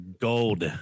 gold